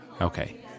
okay